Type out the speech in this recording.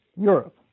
Europe